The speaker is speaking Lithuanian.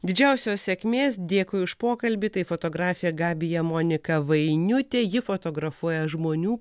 didžiausios sėkmės dėkui už pokalbį tai fotografė gabija monika vainiutė ji fotografuoja žmonių